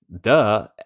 Duh